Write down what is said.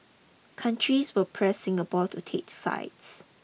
countries will press Singapore to take sides